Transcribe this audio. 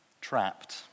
Trapped